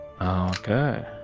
Okay